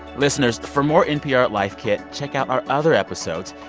listeners, for more npr life kit, check out our other episodes.